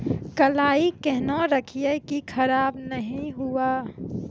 कलाई केहनो रखिए की खराब नहीं हुआ?